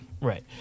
right